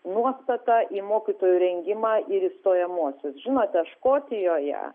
nuostata į mokytojų rengimą ir į stojamuosius žinote škotijoje